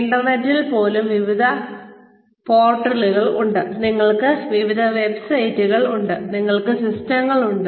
ഇന്റർനെറ്റിൽ പോലും നിങ്ങൾക്ക് വിവിധ പോർട്ടലുകൾ ഉണ്ട് നിങ്ങൾക്ക് വിവിധ വെബ്സൈറ്റുകൾ ഉണ്ട് നിങ്ങൾക്ക് സിസ്റ്റങ്ങളുണ്ട്